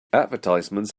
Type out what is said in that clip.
advertisements